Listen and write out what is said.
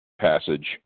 passage